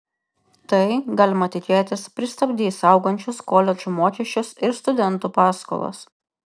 tai galima tikėtis pristabdys augančius koledžų mokesčius ir studentų paskolas